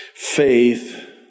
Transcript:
faith